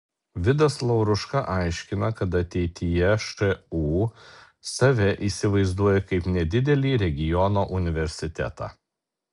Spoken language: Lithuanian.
vidas lauruška aiškina kad ateityje šu save įsivaizduoja kaip nedidelį regiono universitetą